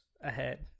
ahead